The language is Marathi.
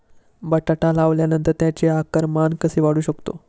बटाटा लावल्यानंतर त्याचे आकारमान कसे वाढवू शकतो?